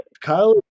Kyle